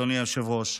אדוני היושב-ראש,